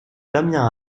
damien